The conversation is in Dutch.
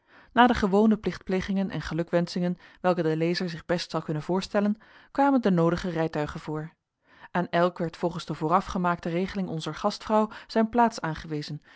na de gewone plichtplegingen en gelukwenschingen welke de lezer zich best zal kunnen voorstellen kwamen de noodige rijtuigen voor aan elk werd volgens de vooraf gemaakte regeling onzer gastvrouw zijn plaats aangewezen